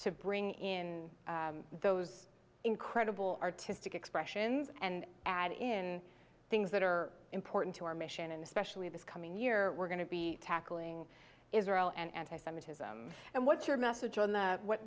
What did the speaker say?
to bring in those incredible artistic expressions and add in things that are important to our mission and especially this coming year we're going to be tackling israel and anti semitism and what's your message on the what